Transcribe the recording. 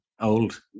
old